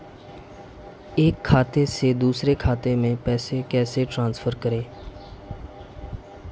एक खाते से दूसरे खाते में पैसे कैसे ट्रांसफर करें?